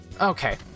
okay